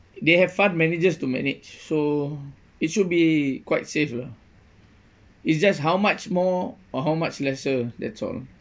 they have fund managers to manage so it should be quite safe lah it's just how much more or how much lesser that's all